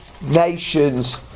nations